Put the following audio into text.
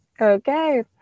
Okay